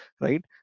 right